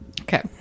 Okay